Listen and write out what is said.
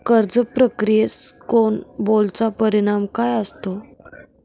कर्ज प्रक्रियेत स्नो बॉलचा परिणाम काय असतो?